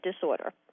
disorder